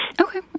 Okay